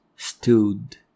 stood